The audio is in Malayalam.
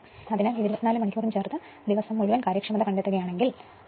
അതിനാൽ ഇത് 24 മണിക്കൂറും ചേർത്ത് ദിവസം മുഴുവൻ കാര്യക്ഷമത കണ്ടെത്തുകയാണെങ്കിൽ ആകെ